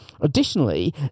additionally